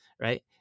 Right